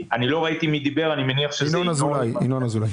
זה שיח לטווח יותר ארוך.